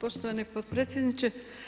Poštovani potpredsjedniče.